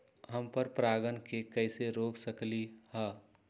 हम पर परागण के कैसे रोक सकली ह?